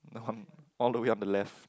the one all the way on the left